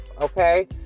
okay